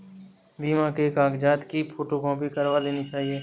बीमा के कागजात की फोटोकॉपी करवा लेनी चाहिए